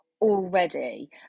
already